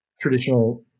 traditional